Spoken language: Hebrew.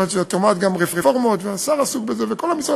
יש רפורמות, והשר עסוק בזה, וכל המשרד.